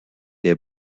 des